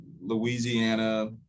Louisiana